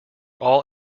all